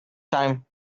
time